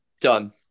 Done